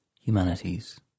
humanities